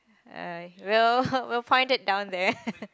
uh we'll we'll point it down there